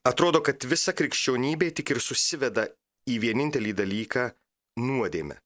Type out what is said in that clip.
atrodo kad visa krikščionybė tik ir susiveda į vienintelį dalyką nuodėmę